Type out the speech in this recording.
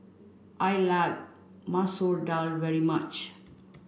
I like Masoor Dal very much